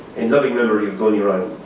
in loving memory of donie ryan.